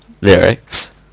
lyrics